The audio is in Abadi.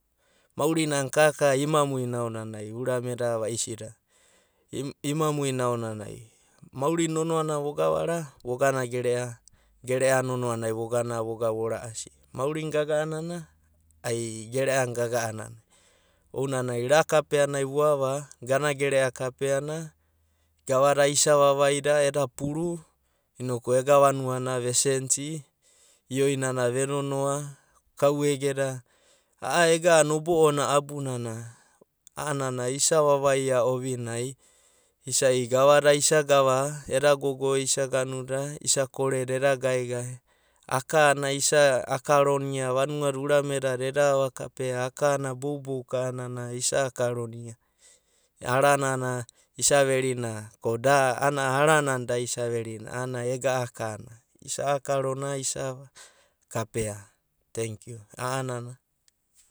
Mauri na a’anana ka ka ima muina aonanai urame da vaisi da ima muina aonanai, maurina nonoanana vo gavaria, vo gana gerea, gerea na nonoana nai vagana marasi maurina gaga’anana, ai gereana gaga ana. Oananai ra’kapenai vuava, gana gerea kapeanai, gavada isa vavai da eda pura noku ega vanua na vesenisi iainana ve nooa’a kau ege da, a’aega nobo’o abunana a’anana isa vavia ovinai isai gavada isa gavada isa gava, eda gogo isa gununa isa koreda, eda gaegae akana isa akaronia, vanuana urame dada eda ava kapea akana boubouka a’anana isa akaronia aranana isa verina, ko da aranana da isa verina a’anana ega akana, isa akarona isa kapea tenkiu, anana.